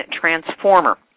transformer